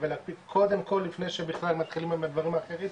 ולהקפיד קודם כל לפני שבכלל מתחילים עם הדברים האחרים,